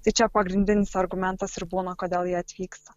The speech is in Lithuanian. tai čia pagrindinis argumentas ir būna kodėl jie atvyksta